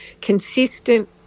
consistent